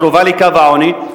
קרובה לקו העוני,